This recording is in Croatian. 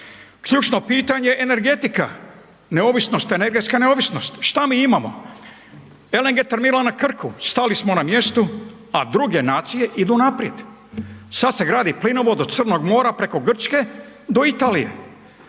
Ključno pitanje energetika, neovisnost energetska neovisnost, šta mi imamo? LNG terminal na Krku, stali smo na mjestu, a druge nacije idu naprijed. Sada se gradi plinovod od Crnog mora preko Grčke do Italije.